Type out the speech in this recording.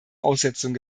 aussetzung